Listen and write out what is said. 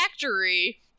factory